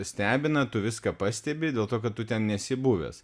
stebina tu viską pastebi dėl to kad tu ten nesi buvęs